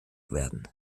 werden